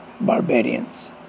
barbarians